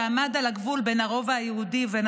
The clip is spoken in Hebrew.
שעמד על הגבול בין הרובע היהודי ובין